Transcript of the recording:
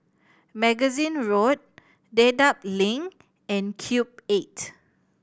Magazine Road Dedap Link and Cube Eight